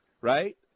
right